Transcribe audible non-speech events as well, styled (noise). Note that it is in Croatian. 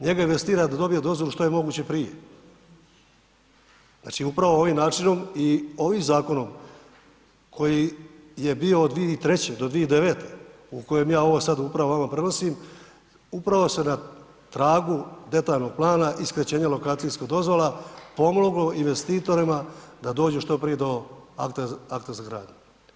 Njega ... (unintelligible) da dobije dozvolu što je moguće prije, znači upravo ovim načinom i ovim Zakonom koji je bio od 2003. do 2009., u kojem ja ovo sad upravo vama prenosim, upravo se na tragu detaljnog plana i skraćenja lokacijskih dozvola pomoglo investitorima da dođu što prije do akta za gradnju.